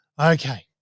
Okay